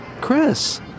Chris